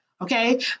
Okay